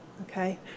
Okay